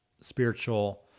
spiritual